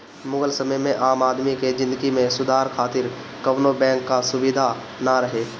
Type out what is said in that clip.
मुगल समय में आम आदमी के जिंदगी में सुधार खातिर कवनो बैंक कअ सुबिधा ना रहे